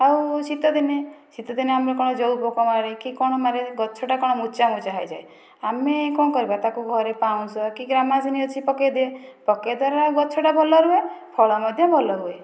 ଆଉ ଶୀତଦିନେ ଶୀତଦିନେ ଆମର କଣ ଯେଉଁ ପୋକ ମାରେ କି କଣ ମାରେ ଗଛଟା କଣ ମୋଚା ମୋଚା ହେଇଯାଏ ଆମେ କଣ କରିବା ତାକୁ ଘରେ ପାଉଁଶ କି ଗ୍ୟାମାକ୍ସିନ ଅଛି ପକେଇଦିଏ ପକେଇଦେଲେ ଗଛଟା ଭଲ ରୁହେ ଆଉ ଫଳ ମଧ୍ୟ ଭଲ ହୁଏ